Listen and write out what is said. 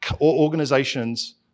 organizations